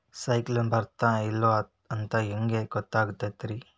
ಸೈಕ್ಲೋನ ಬರುತ್ತ ಇಲ್ಲೋ ಅಂತ ಹೆಂಗ್ ಗೊತ್ತಾಗುತ್ತ ರೇ?